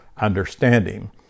understanding